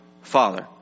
father